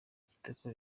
kitoko